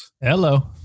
Hello